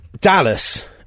dallas